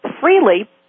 freely